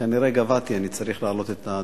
כנראה שגבהתי, אני צריך להעלות את הדוכן,